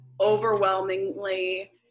overwhelmingly